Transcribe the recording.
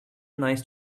nice